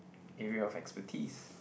area of expertise